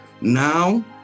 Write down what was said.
Now